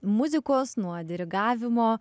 muzikos nuo dirigavimo